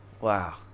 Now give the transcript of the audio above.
Wow